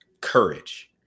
courage